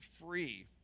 free